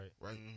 right